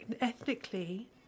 ethnically